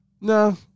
no